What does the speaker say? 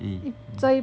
eh